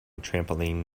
trampoline